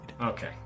Okay